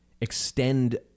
extend